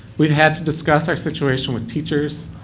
we had had to discuss our situation with teacher,